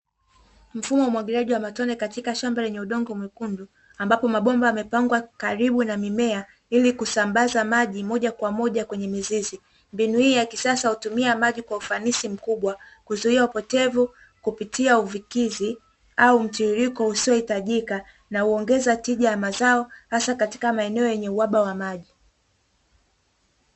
Mfumo wa umwagiliaji wa matone katika shamba lenye udongo mwekundu, ambapo mabomba yamepangwa karibu na mimea ili kusambaza maji moja kwa moja kwenye mizizi. Mbinu hii ya kisasa hutumia maji kwa ufanisi mkubwa, kuzuia upotevu kupitia uvikizi au mtiririko usiohitajika, na huongeza tija ya mazao, hasa katika maeneo yenye uhaba wa maji.